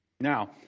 Now